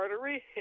artery